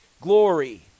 glory